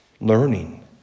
learning